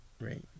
Right